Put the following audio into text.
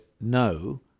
no